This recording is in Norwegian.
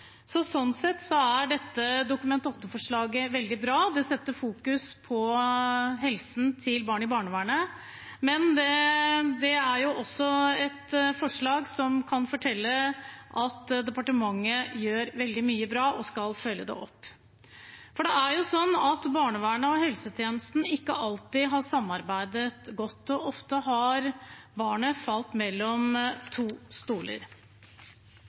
Så sånn sett er dette Dokument 8-forslaget veldig bra, det setter fokus på helsen til barn i barnevernet, men det er også et forslag som kan fortelle at departementet gjør veldig mye bra, og skal følge det opp. For det er jo sånn at barnevernet og helsetjenesten ikke alltid har samarbeidet godt. Ofte har barnet falt mellom to stoler.